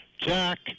jack